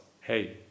hey